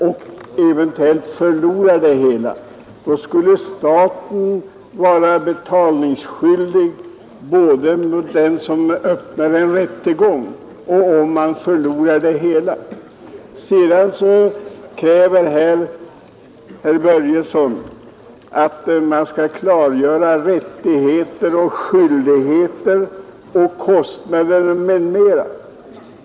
Staten skulle enligt herr Börjesson vara betalningsskyldig mot den som öppnar en rättegång och om han förlorar målet. Sedan kräver herr Börjesson att man skall klargöra rättigheter och skyldigheter, kostnader m.m.